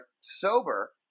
sober